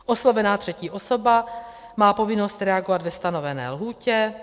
Oslovená třetí osoba má povinnost reagovat ve stanovené lhůtě.